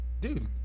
dude